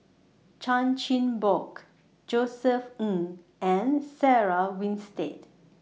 Chan Chin Bock Josef Ng and Sarah Winstedt